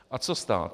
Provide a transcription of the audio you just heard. A co stát?